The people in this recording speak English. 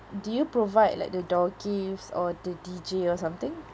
do you provide like the door gifts or the D_J or something